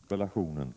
Herr talman! Jag ber att få tacka statsrådet Birgitta Dahl för svaret på interpellationen.